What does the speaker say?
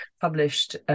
published